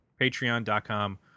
patreon.com